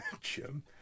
jim